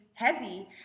heavy